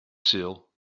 sul